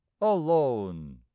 alone